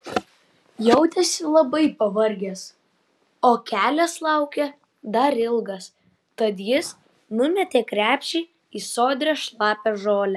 jautėsi labai pavargęs o kelias laukė dar ilgas tad jis numetė krepšį į sodrią šlapią žolę